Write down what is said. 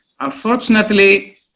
unfortunately